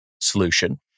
solution